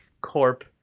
Corp